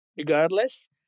Regardless